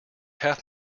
half